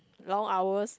long hours